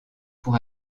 pour